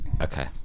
okay